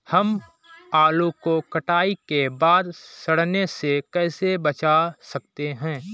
हम आलू को कटाई के बाद सड़ने से कैसे बचा सकते हैं?